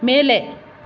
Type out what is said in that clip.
ಮೇಲೆ